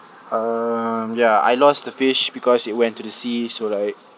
um ya I lost the fish because it went to the sea so like